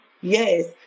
Yes